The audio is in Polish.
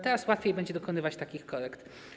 Teraz łatwiej będzie dokonywać takich korekt.